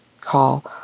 call